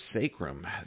sacrum